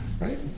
Right